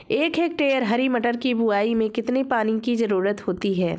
एक हेक्टेयर हरी मटर की बुवाई में कितनी पानी की ज़रुरत होती है?